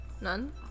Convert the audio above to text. None